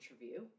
interview